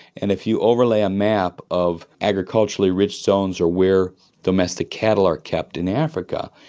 and if you overlay a map of agriculturally rich zones or where domestic cattle are kept in africa,